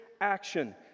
action